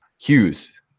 Hughes